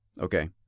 Okay